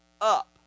up